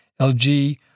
LG